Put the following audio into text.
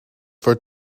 for